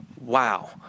Wow